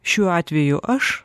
šiuo atveju aš